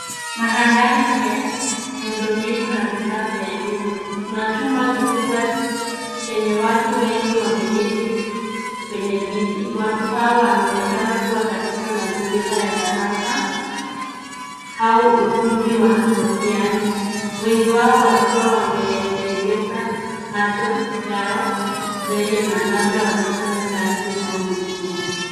Mandhari ni ya miundo mbinu na vifaa vya elimu. Kuna chumba kikubwa chenye watu wengi wameketi kwenye viti. Watu hao wanaonekana kuwa katika mazingira ya darasa au ukumbi wa mitihani. Wengi wao wakiwa wameelekeza macho yao mbele na labda wakifanya kazi au mitahani.